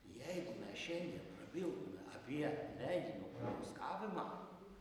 jeigu mes šiandien prabiltume apie leidinio konfiskavimą